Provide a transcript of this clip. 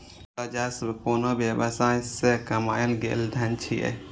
राजस्व कोनो व्यवसाय सं कमायल गेल धन छियै